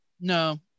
No